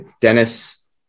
Dennis